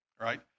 right